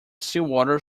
seawater